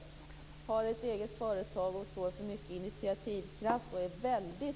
Hon har ett eget företag och hon står för mycket initiativkraft.